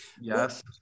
Yes